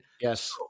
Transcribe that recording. yes